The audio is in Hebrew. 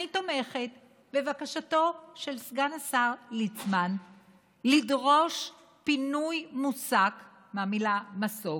אני תומכת בבקשתו של סגן השר ליצמן לדרוש פינוי מוסק מהמילה מסוק,